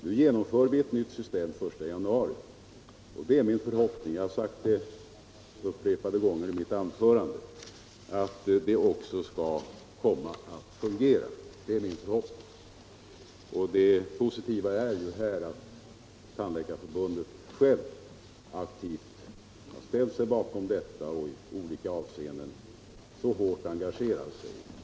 Nu genomför vi ett nytt system den 1 januari. Det är min förhoppning — jag har sagt det upprepade gånger i mitt anförande — att det också skall komma att fungera. Det positiva är att Tandläkarförbundet aktivt ställt sig bakom förslaget och i olika avseenden hårt engagerat sig för det.